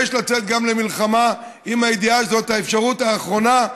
יש לצאת גם למלחמה עם הידיעה שזאת האפשרות האחרונה,